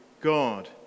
God